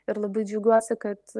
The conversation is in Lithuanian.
ir labai džiaugiuosi kad